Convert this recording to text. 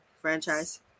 franchise